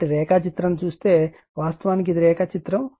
కాబట్టి రేఖాచిత్రం చూస్తే వాస్తవానికి ఇది రేఖాచిత్రం